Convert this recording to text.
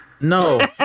No